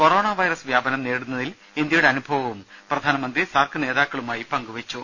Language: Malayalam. കൊറോണ ക്വൈറസ് വ്യാപനം നേരിടുന്നതിൽ ഇന്ത്യയുടെ അനുഭവവും പ്രധാനമന്ത്രി സാർക്ക് നേതാക്കളുമായി പങ്കുവെച്ചു